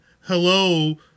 hello